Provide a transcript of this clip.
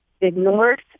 ignored